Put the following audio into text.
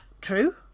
true